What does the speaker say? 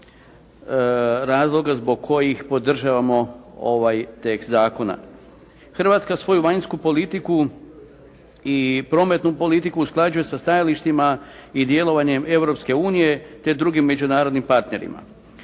Hrvatska svoju vanjsku politiku i prometnu politiku usklađuje sa stajalištima i djelovanjem Europske unije, te drugim međunarodnim partnerima.